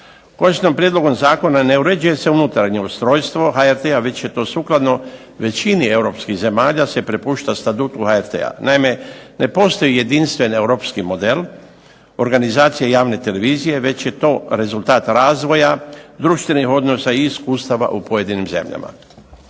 se./… prijedlogom zakona ne uređuje se unutarnje ustrojstvo HRT-a već je to sukladno većini europskih zemalja se prepušta statutu HRT-a. Naime ne postoji jedinstven europski model organizacije javne televizije, već je to rezultat razvoja društvenih odnosa i iskustava u pojedinim zemljama.